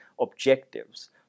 objectives